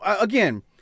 again